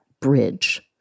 bridge